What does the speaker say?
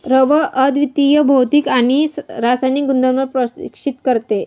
rubber अद्वितीय भौतिक आणि रासायनिक गुणधर्म प्रदर्शित करते